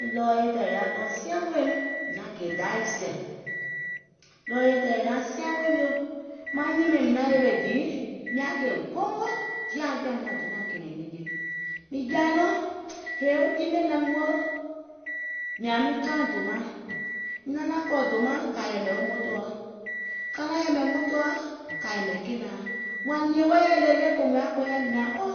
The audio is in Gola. E ɗɔɔɛ̀ yè tɛɛ̀ yaà ɗɔɔ siaŋ weèm, maŋ gè Dayà e sɛ̀, ɗɔɔɛ̀ yè tɛɛ̀ yaà ɗɔɔ siaŋ weèim yòò, maŋ nyiiŋ mɛɛ̀ŋ maŋ yèwè dìì, mìŋ kèè goongò diè jɔ̀àim nyàŋ donàŋ kɛ̀ɛ̀nɛ̀ŋ nɛ̀ŋje, mìŋ jaa nɔŋ yèè jii miɛ̀ŋ naim woò mìàŋ miŋ kaaìŋ dòmaiŋ, mìŋ naŋ naàŋ kɔ̀ dɔmaìŋ, kà yɛ̀mɛ̀ motòɔ, kà naàŋ yɛ̀mɛ̀ motòɔ, kà yɛ̀mɛ̀ kenàaŋ, wààŋ nìe wɛɛ̀ yɔ lèèleè, kòò mùŋ yaà kɔɔyɛ? mìàŋ o,